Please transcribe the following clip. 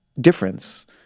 difference